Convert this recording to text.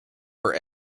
for